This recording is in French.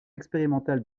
expérimental